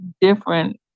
different